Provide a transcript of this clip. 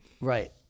Right